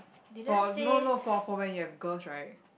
for no no for for when you have girls right